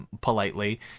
politely